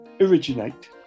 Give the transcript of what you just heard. originate